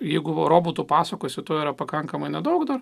jeigu robotų pasakose yra pakankamai nedaug bet